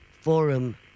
forum